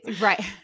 right